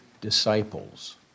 disciples